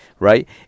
Right